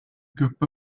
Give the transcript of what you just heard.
group